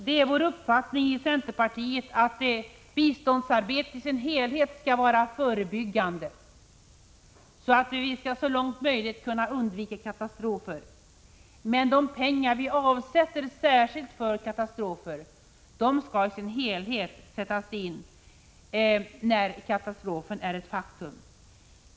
Det är centerpartiets uppfattning att biståndsarbetet i dess helhet skall vara förebyggande, så att vi så långt möjligt kan undvika katastrofer, men de pengar vi särskilt avsätter till katastrofer skall sättas in när katastrofen är ett faktum.